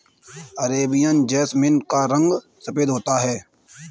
Arabian jasmine का रंग सफेद होता है